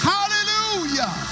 Hallelujah